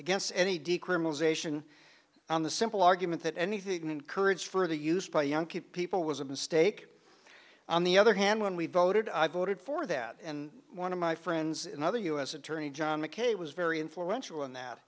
against any decriminalization on the simple argument that anything encourage further use by young people was a mistake on the other hand when we voted i voted for that and one of my friends in other u s attorney john mckay was very influential in